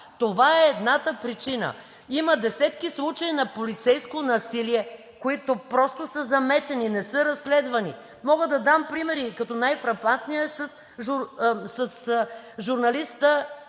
Това е едната причина. Има десетки случаи на полицейско насилие, които просто са заметени, не са разследвани. Мога да дам примери и като най-фрапантният е с журналиста